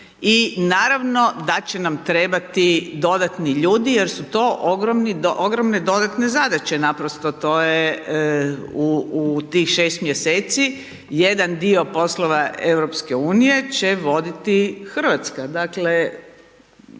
i naravno da će nam trebati dodatni ljudi jer su to ogromne dodatne zadaće. Naprosto to je u tih 6 mjeseci jedan dio poslova EU će voditi Hrvatska,